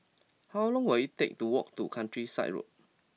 how long will it take to walk to Countryside Road